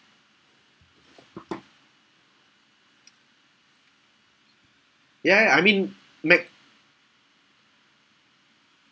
ya ya I mean